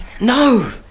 No